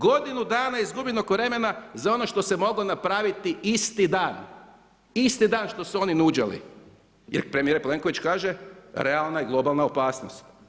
Godinu dana izgubljenog v remena za ono što se moglo napraviti isti dan, isti dan što su oni nuđali jer premijer Plenković kaže realna i globalna opasnost.